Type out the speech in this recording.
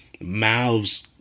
mouths